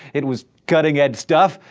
it was cutting-edge stuff,